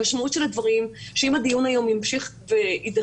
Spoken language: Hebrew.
המשמעות של הדברים היא שאם הדיון היום ימשיך ויידחה,